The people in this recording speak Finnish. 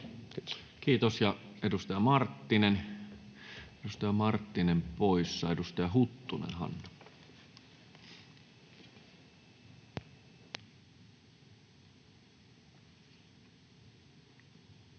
Kiitos. — Edustaja Marttinen poissa. — Edustaja Huttunen, Hanna. [Speech